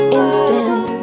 instant